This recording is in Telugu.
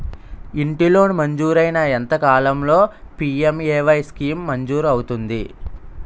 ఇంటి లోన్ మంజూరైన ఎంత కాలంలో పి.ఎం.ఎ.వై స్కీమ్ మంజూరు అవుతుంది?